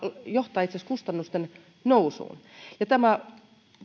johtaa kustannusten nousuun ja tämä